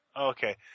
Okay